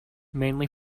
mainly